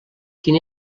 quin